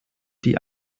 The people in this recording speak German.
die